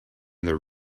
their